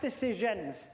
decisions